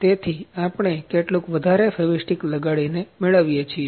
તેથી આપણે કેટલુક વધારે ફેવિસ્ટીક લગાડીને મેળવીએ છીએ